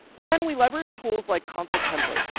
then we leverage tools like consul template.